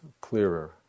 clearer